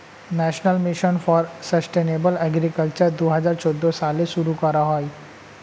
national mission for sustainable agriculture দুহাজার চৌদ্দ সালে শুরু করা হয়